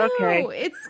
Okay